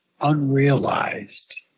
unrealized